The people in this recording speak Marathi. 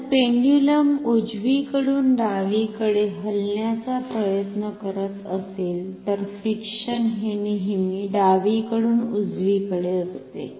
जर पेंड्युलम उजविकडुन डावीकडे हलण्याचा प्रयत्न करत असेल तर फ्रिक्षण हे नेहमी डावीकडून उजवीकडे असते